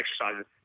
exercises